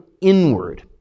inward